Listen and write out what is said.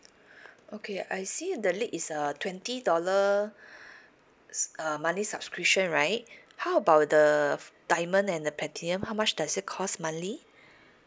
okay I see the lead is a twenty dollar s~ uh monthly subscription right how about the diamond and the platinum how much does it cost monthly